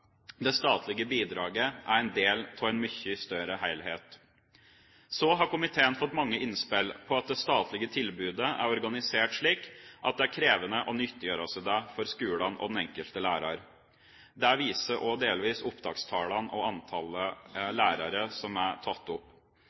Det statlige bidraget er en del av en mye større helhet. Så har komiteen fått mange innspill på at det statlige tilbudet er organisert slik at det er krevende å nyttegjøre seg det for skolene og den enkelte lærer. Det viser delvis også opptakstallene og antallet lærere som er tatt opp.